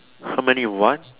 how many you want